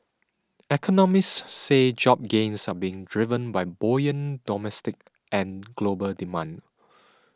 economists say job gains are being driven by buoyant domestic and global demand